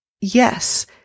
Yes